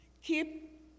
Keep